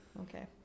Okay